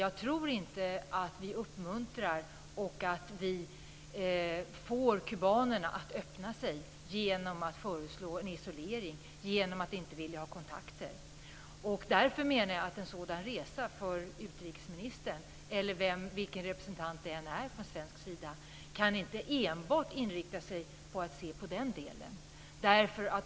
Jag tror dock inte att vi uppmuntrar eller får kubanerna att öppna sig genom att föreslå en isolering, genom att inte vilja ha kontakter. Därför menar jag att en sådan resa för utrikesministern, eller vilken representant det än är från svensk sida, inte enbart kan inrikta sig på den delen.